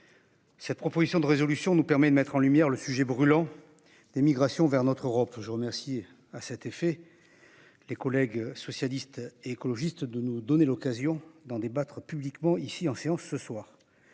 Cette proposition de résolution nous permet de mettre en lumière le sujet brûlant des migrations vers notre Europe toujours Mercier à cet effet. Les collègues socialistes écologistes de nous donner l'occasion d'en débattre publiquement ici en séance ce soir.